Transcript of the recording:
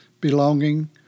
belonging